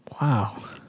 Wow